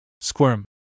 Squirm